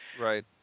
Right